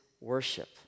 worship